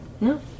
No